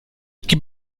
gib